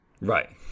Right